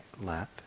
lap